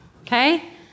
Okay